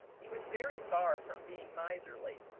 he was very far from being miserly,